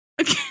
Okay